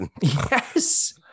Yes